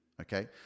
okay